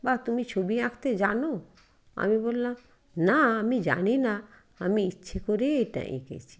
বাহ তুমি ছবি আঁকতে জানো আমি বললাম না আমি জানি না আমি ইচ্ছে করেই এটা এঁকেছি